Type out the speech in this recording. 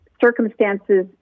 circumstances